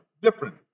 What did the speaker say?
Different